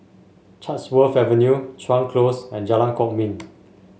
Chatsworth Avenue Chuan Close and Jalan Kwok Min